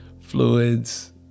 fluids